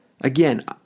Again